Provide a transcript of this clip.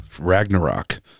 Ragnarok